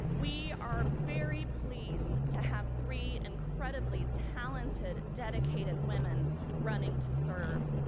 we are very pleased to have three incredibly talented, dedicated women running to serve.